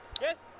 yes